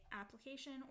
application